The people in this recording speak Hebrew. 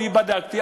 אני בדקתי,